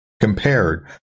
compared